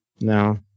No